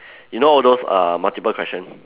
you know all those err multiple question